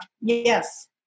yes